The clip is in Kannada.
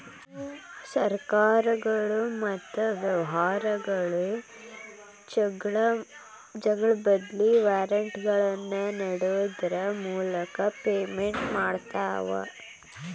ಸರ್ಕಾರಗಳು ಮತ್ತ ವ್ಯವಹಾರಗಳು ಚೆಕ್ಗಳ ಬದ್ಲಿ ವಾರೆಂಟ್ಗಳನ್ನ ನೇಡೋದ್ರ ಮೂಲಕ ಪೇಮೆಂಟ್ ಮಾಡ್ತವಾ